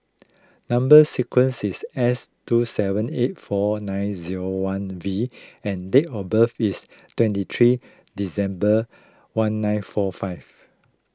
Number Sequence is S two seven eight four nine zero one V and date of birth is twenty three December one nine four five